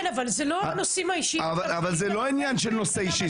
אבל זה לא הנושאים האישיים --- זה לא העניין של הנושא האישי.